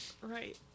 Right